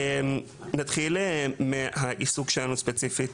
נתחיל מהעיסוק שלנו ספציפית,